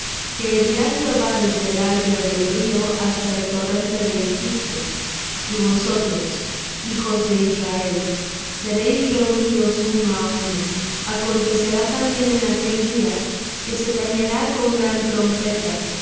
herirá jehová desde el álveo del río hasta el torrente de egipto y vosotros hijos de israel seréis reunidos uno á uno acontecerá también en aquel día que se tañerá con gran trompeta